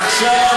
עכשיו,